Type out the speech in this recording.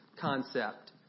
concept